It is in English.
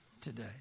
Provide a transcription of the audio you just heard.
today